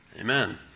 Amen